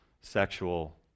sexual